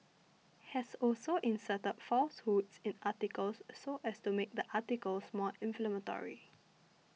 has also inserted falsehoods in articles so as to make the articles more inflammatory